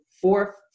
four